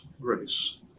grace